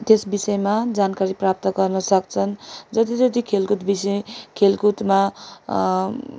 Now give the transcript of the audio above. त्यस विषयमा जानकारी प्राप्त गर्न सक्छन् जति जति खेलकुद विषय खेलकुदमा